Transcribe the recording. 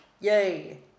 Yay